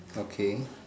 okay